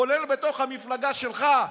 כולל בתוך המפלגה שלך,